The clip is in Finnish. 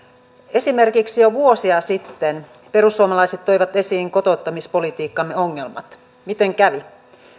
esimerkiksi jo vuosia sitten perussuomalaiset toivat esiin kotouttamispolitiikkamme ongelmat miten kävi